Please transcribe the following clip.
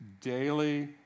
daily